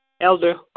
Elder